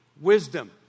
Wisdom